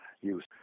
use